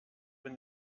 when